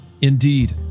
Indeed